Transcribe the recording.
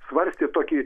svarstė tokį